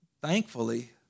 thankfully